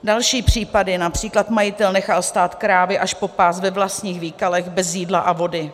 Další případy: Například majitel nechal stát krávy až po pás ve vlastních výkalech bez jídla a vody.